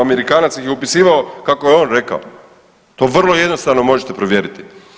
Amerikanac ih je upisivao kako je on rekao, to vrlo jednostavno možete provjeriti.